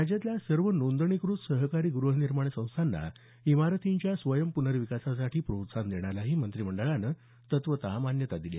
राज्यातल्या सर्व नोंदणीकृत सहकारी गृहनिर्माण संस्थांना इमारतींच्या स्वयंप्नर्विकासासाठी प्रोत्साहन देण्यालाही मंत्रिमंडळानं तत्त्वत मान्यता दिली